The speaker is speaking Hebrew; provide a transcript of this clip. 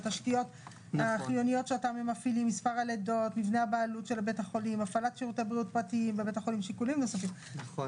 התקרות כי יש שם צמצום במספר המאושפזים כי השאר באשפוזי בית אבל עדיין